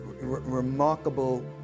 remarkable